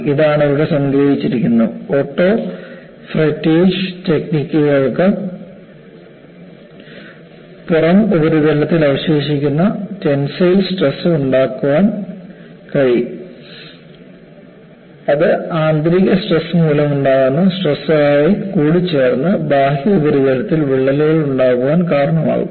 ഇതാണ് ഇവിടെ സംഗ്രഹിച്ചിരിക്കുന്നത് ഓട്ടോഫ്രെറ്റേജ് ടെക്നിക്കുകൾക്ക് പുറം ഉപരിതലത്തിൽ അവശേഷിക്കുന്ന ടെൻസൈൽ സ്ട്രെസ് ഉണ്ടാക്കാൻ കഴിയും ഇത് ആന്തരിക സ്ട്രെസ് മൂലം ഉണ്ടാകുന്ന സ്ട്രെസ്മായി കൂടിച്ചേർന്ന് ബാഹ്യ ഉപരിതലത്തിൽ വിള്ളലുകൾ ഉണ്ടാകാൻ കാരണമാകും